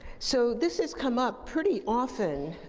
so, this has come up pretty often